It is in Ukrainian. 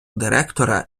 директора